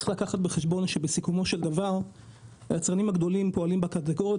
צריך לקחת בחשבון שבסיכומו של דבר היצרנים הגדולים פועלים בקטגוריות